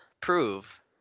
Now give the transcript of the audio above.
prove